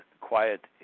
quiet